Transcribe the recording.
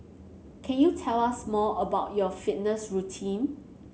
can you tell us more about your fitness routine